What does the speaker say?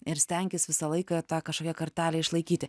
ir stenkis visą laiką tą kažkokią kartelę išlaikyti